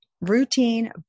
routine